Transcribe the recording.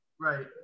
Right